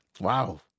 wow